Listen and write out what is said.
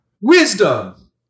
Wisdom